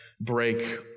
break